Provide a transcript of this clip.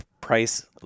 price